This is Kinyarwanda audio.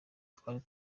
twari